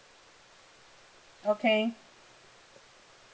okay